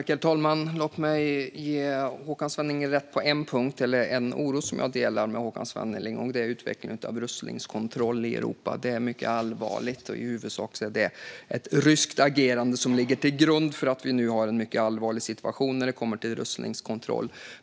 Herr talman! Låt mig ge Håkan Svenneling rätt på en punkt. Jag delar hans oro för rustningskontroll i Europa. Det är mycket allvarligt, och i huvudsak är det ett ryskt agerande som ligger till grund för den mycket allvarliga situationen när det kommer till rustningskontroll.